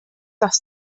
das